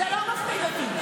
זה לא מפחיד אותי.